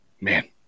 Man